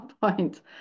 point